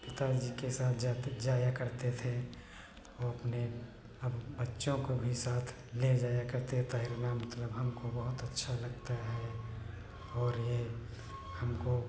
पिता जी के साथ जाते जाया करते थे वो अपने अब बच्चों को भी साथ ले जाया करते तैरना मतलब हमको बहुत अच्छा लगता है और ये हमको